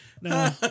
No